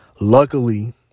luckily